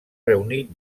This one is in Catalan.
reunit